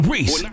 Reese